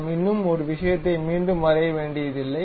நாம் இன்னும் ஒரு விஷயத்தை மீண்டும் வரைய வேண்டியதில்லை